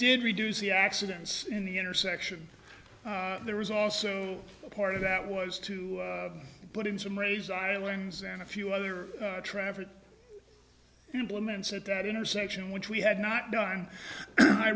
did reduce the accidents in the intersection there was also part of that was to put in some raise islands and a few other traffic implements at that intersection which we had not done i